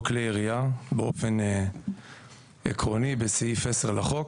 כלי ירייה באופן עקרוני בסעיף 10 לחוק,